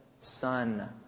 son